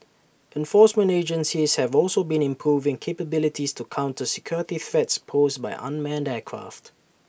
enforcement agencies have also been improving capabilities to counter security threats posed by unmanned aircraft